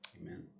amen